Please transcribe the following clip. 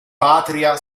patria